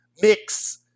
mix